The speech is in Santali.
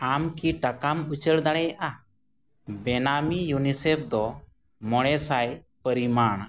ᱟᱢ ᱠᱤ ᱴᱟᱠᱟᱢ ᱩᱪᱟᱹᱲ ᱫᱟᱲᱮᱭᱟᱜᱼᱟ ᱵᱮᱱᱟᱢᱤ ᱤᱭᱩᱱᱤᱥᱮᱯᱷ ᱫᱚ ᱢᱚᱬᱮ ᱥᱟᱭ ᱯᱚᱨᱤᱢᱟᱱ